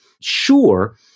sure